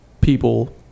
people